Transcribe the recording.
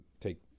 take